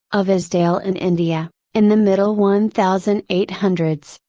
of esdaile in india, in the middle one thousand eight hundred so